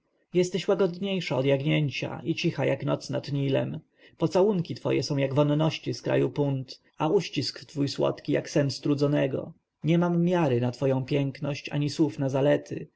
jesteś łagodniejsza od jagnięcia i cicha jak noc nad nilem pocałunki twoje są jak wonności z kraju punt a uścisk twój słodki jak sen strudzonego nie mam miary na twoją piękność ani słów na zalety